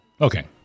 Okay